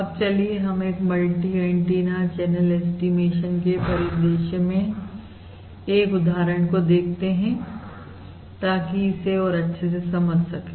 अब चलिए हम एक मल्टी एंटीना चैनल ऐस्टीमेशन के परिदृश्य में एक उदाहरण को देखते हैं ताकि इसे और अच्छे से समझ सके